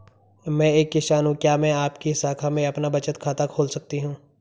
मैं एक किसान हूँ क्या मैं आपकी शाखा में अपना बचत खाता खोल सकती हूँ?